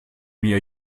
mir